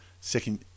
second